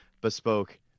bespoke